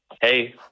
hey